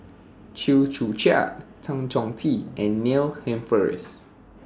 Chew Joo Chiat Tan Chong Tee and Neil Humphreys